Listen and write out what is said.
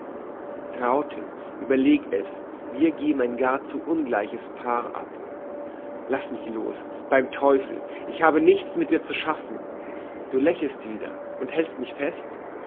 traute überleg es wir geben ein gar zu ungleiches paar ab laß mich los beim teufel ich habe nichts mit dir zu schaffen du lächelst wieder und hälst mich fest